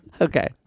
Okay